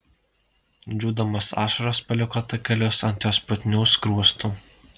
džiūdamos ašaros paliko takelius ant jos putnių skruostų